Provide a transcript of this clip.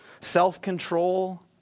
self-control